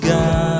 God